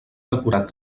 decorat